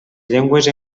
llengües